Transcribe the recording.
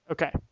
Okay